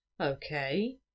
Okay